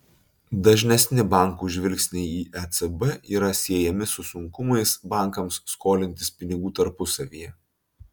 dažnesni bankų žvilgsniai į ecb yra siejami su sunkumais bankams skolintis pinigų tarpusavyje